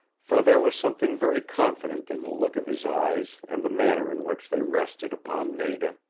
for there was something very confident in the look of his eyes and the manner in which they rested upon nada.